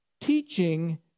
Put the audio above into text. teaching